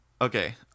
Okay